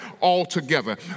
altogether